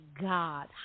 God